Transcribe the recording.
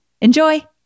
Enjoy